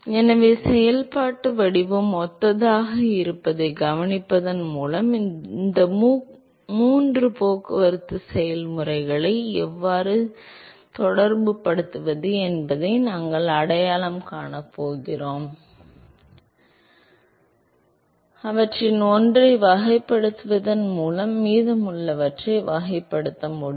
எனவே செயல்பாட்டு வடிவம் ஒத்ததாக இருப்பதைக் கவனிப்பதன் மூலம் இந்த மூன்று போக்குவரத்து செயல்முறைகளை எவ்வாறு தொடர்புபடுத்துவது என்பதை நாங்கள் அடையாளம் காணப் போகிறோம் எனவே அவற்றில் ஒன்றை வகைப்படுத்துவதன் மூலம் மீதமுள்ளவற்றை வகைப்படுத்த முடியும்